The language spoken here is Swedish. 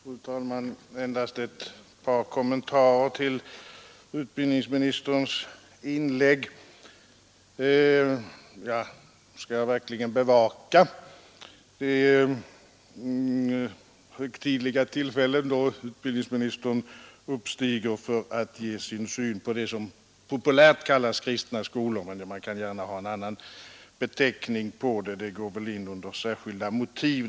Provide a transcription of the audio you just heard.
Fru talman! Endast ett par kommentarer till utbildningsministerns inlägg. Jag skall verkligen bevaka det högtidliga tillfälle då utbildningsministern uppstiger för att ge sin syn på det som populärt kallas kristna skolor. Man kan gärna ha en annan beteckning — de går väl in under ”särskilda motiv”.